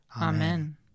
Amen